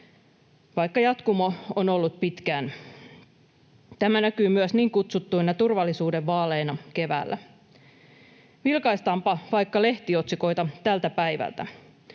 vaikka jatkumo on ollut pitkä. Tämä näkyi myös niin kutsuttuina turvallisuuden vaaleina keväällä. Vilkaistaanpa vaikka lehtiotsikoita tältä päivältä,